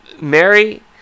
Mary